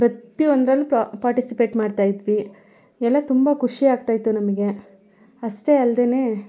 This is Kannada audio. ಪ್ರತಿಯೊಂದ್ರಲ್ಲೂ ಪಾರ್ಟಿಸಿಪೇಟ್ ಮಾಡ್ತಾಯಿದ್ವಿ ಎಲ್ಲ ತುಂಬ ಖುಷಿ ಆಗ್ತಾಯಿತ್ತು ನಮಗೆ ಅಷ್ಟೇ ಅಲ್ಲದೇನೆ